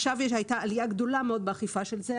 הייתה עלייה גדולה מאוד באכיפה של זה.